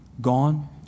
gone